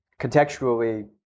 Contextually